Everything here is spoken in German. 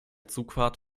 zugfahrt